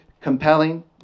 compelling